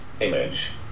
Image